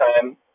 time